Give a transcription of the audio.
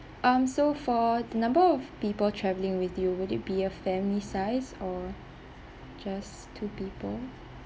um so for the number of people traveling with you will it be a family size or just two people